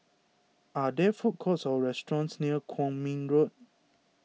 are there food courts or restaurants near Kwong Min Road